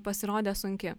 pasirodė sunki